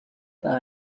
par